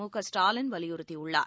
முகஸ்டாலின் வலியுறுத்தியுள்ளார்